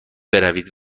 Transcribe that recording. بروید